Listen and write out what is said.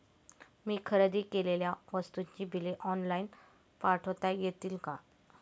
मी खरेदी केलेल्या वस्तूंची बिले ऑनलाइन पाठवता येतील का?